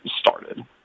started